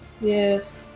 Yes